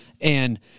and-